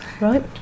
Right